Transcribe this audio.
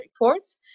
reports